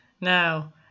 Now